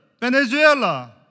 Venezuela